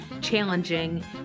challenging